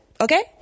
Okay